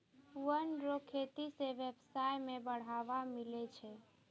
वन रो खेती से व्यबसाय में बढ़ावा मिलै छै